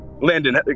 Landon